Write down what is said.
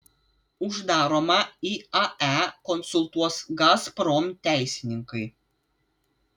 uždaromą iae konsultuos gazprom teisininkai